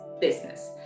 business